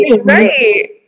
Right